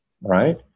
right